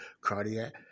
cardiac